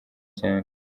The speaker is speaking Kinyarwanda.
cyane